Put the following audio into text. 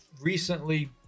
recently